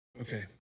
Okay